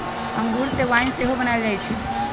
इंगूर से वाइन सेहो बनायल जाइ छइ